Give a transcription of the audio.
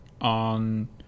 on